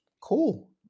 cool